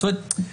זאת אומרת,